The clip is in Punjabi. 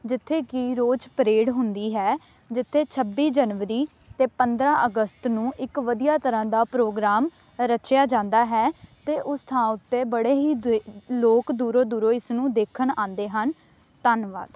ਜਿੱਥੇ ਕਿ ਰੋਜ਼ ਪਰੇਡ ਹੁੰਦੀ ਹੈ ਜਿੱਥੇ ਛੱਬੀ ਜਨਵਰੀ ਅਤੇ ਪੰਦਰਾਂ ਅਗਸਤ ਨੂੰ ਇੱਕ ਵਧੀਆ ਤਰ੍ਹਾਂ ਦਾ ਪ੍ਰੋਗਰਾਮ ਰਚਿਆ ਜਾਂਦਾ ਹੈ ਅਤੇ ਉਸ ਥਾਂ ਉੱਤੇ ਬੜੇ ਹੀ ਦ ਲੋਕ ਦੂਰੋਂ ਦੂਰੋਂ ਇਸ ਨੂੰ ਦੇਖਣ ਆਉਂਦੇ ਹਨ ਧੰਨਵਾਦ